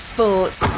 Sports